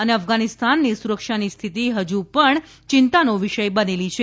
અને અફઘાનિસ્તાનની સુરક્ષાની સ્થિતિ ફજુ પણ ચિંતાનો વિષય બનેલી છે